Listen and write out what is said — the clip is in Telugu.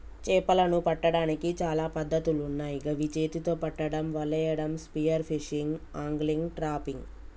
చేపలను పట్టడానికి చాలా పద్ధతులున్నాయ్ గవి చేతితొ పట్టడం, వలేయడం, స్పియర్ ఫిషింగ్, ఆంగ్లిగ్, ట్రాపింగ్